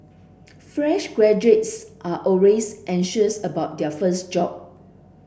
fresh graduates are always anxious about their first job